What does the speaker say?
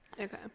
Okay